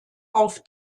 auf